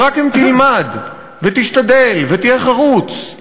שרק אם תלמד ותשתדל ותהיה חרוץ,